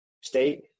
State